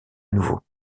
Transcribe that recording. nouveau